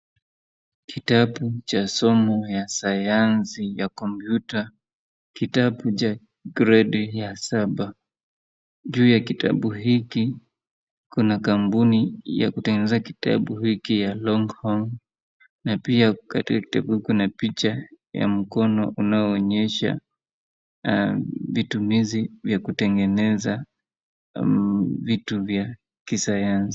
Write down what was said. Kitabu cha somo ya sayansi ya kompyuta, kitabu cha gredi ya saba. Juu ya kitabu hiki kuna kampuni ya kutengeneza kitabu hiki ya Longhorn na pia katika kitabu kuna picha ya mkono unaoonyesha vitumizi vya kutengeneza vitu vya kisayansi.